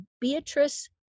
Beatrice